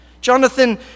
Jonathan